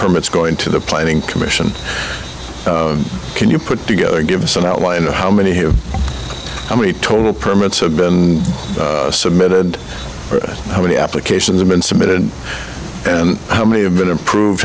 permits going to the planning commission can you put together give us an outline of how many have how many total permits have been submitted how many applications have been submitted how many have been improved